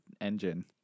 engine